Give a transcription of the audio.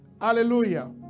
Hallelujah